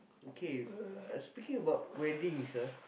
okay uh speaking about weddings ah